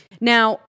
Now